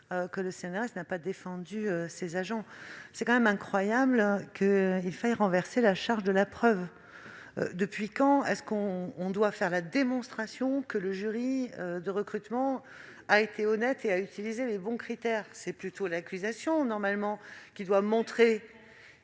que le CNRS n'a pas défendu ses agents. C'est quand même incroyable qu'il faille renverser la charge de la preuve ! Depuis quand doit-on faire la démonstration que le jury de recrutement a été honnête et a utilisé les bons critères ? C'est plutôt l'accusation qui doit montrer